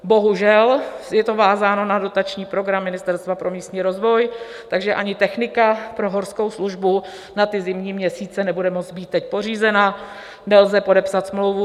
Bohužel, je to vázáno na dotační program Ministerstva pro místní rozvoj, takže ani technika pro Horskou službu na zimní měsíce nebude moci být pořízena, nelze podepsat smlouvu.